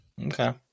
Okay